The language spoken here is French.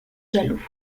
jaloux